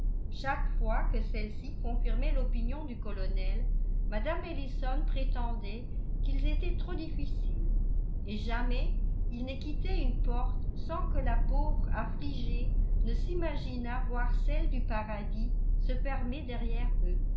chaque fois que celle-ci confirmait l'opinion du colonel mme ellison prétendait qu'ils étaient trop difficiles et jamais ils ne quittaient une porte sans que la pauvre affligée ne s'imaginât voir celles du paradis se fermer derrière eux